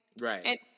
Right